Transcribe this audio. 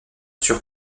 sur